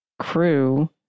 crew